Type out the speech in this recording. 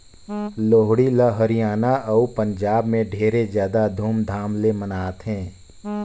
लोहड़ी ल हरियाना अउ पंजाब में ढेरे जादा धूमधाम ले मनाथें